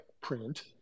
print